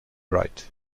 wright